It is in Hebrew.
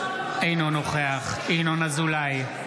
אינו נוכח ינון אזולאי,